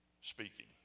speaking